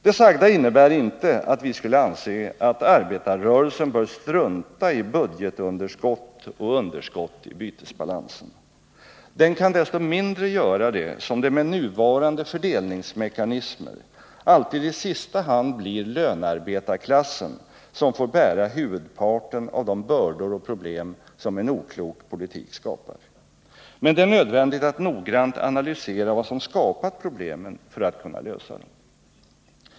Det sagda innebär inte att vi skulle anse att arbetarrörelsen bör strunta i budgetunderskott och underskott i bytesbalansen. Den kan desto mindre göra det som det med nuvarande fördelningsmekanismer alltid i sista hand blir lönarbetarklassen som får bära huvudparten av de bördor och problem som en oklok politik skapar. Men det är nödvändigt att noggrant analysera vad som skapat problemen för att kunna lösa dem.